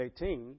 18